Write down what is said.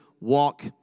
walk